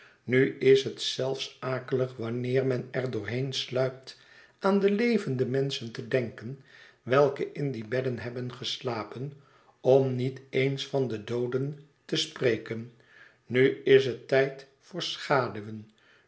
nu is het zelfs akelig wanneer men er doorheen sluipt aan de levende menschen te denken welke in die bedden hebben geslapen om niet eens van de dooden te spreken nu is het tijd voor schaduwen